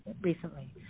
recently